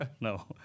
No